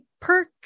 perk